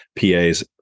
PAs